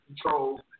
control